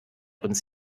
uns